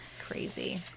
crazy